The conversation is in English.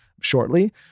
shortly